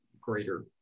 greater